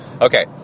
Okay